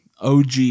OG